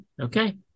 Okay